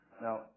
Now